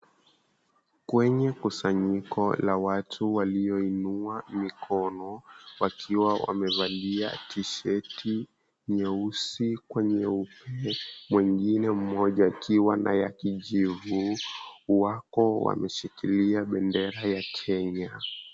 Kwenye kusanyiko la watu walioinua mikono wakiwa wamevalia tisheti nyeusi kwa nyeupe, mwengine mmoja akiwa na ya kijivu wako wameshikilia bendera ya Kenya.